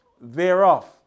thereof